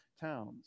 towns